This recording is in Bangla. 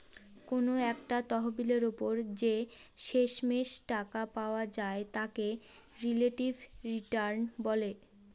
কোনো একটা তহবিলের ওপর যে শেষমেষ টাকা পাওয়া যায় তাকে রিলেটিভ রিটার্ন বলে